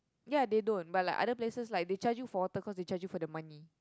ya they don't but like other places like they charge you for water cause they charge you for the money